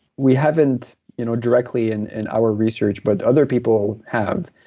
we haven't you know directly and in our research, but other people have.